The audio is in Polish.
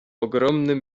ogromnym